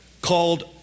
called